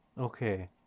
Okay